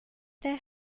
their